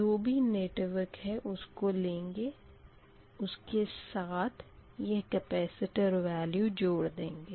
जो भी नेटवर्क है उसको लेंगे उसके साथ है यह कैपेसिटर वेल्यू जोड़ देंगे